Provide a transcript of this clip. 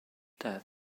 death